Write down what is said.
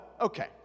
okay